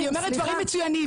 אני אומרת דברים מצוינים.